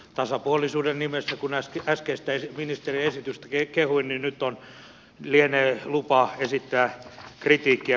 tasapuolisuuden nimessä kun äskeistä ministerin esitystä kehuin nyt lienee lupa esittää kritiikkiä